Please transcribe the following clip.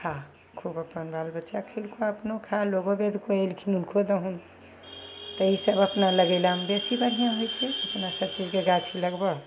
खा खूब अपन बाल बच्चा खएलकऽ अपनो खा लोकोवेद कोइ अएलखुन हुनको दहुन तऽ ईसब अपना लगेलामे बेसी बढ़िआँ होइ छै अपना सबचीजके गाछी लगबऽ